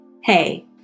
hey